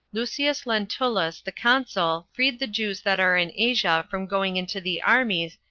lucius lentulus the consul freed the jews that are in asia from going into the armies,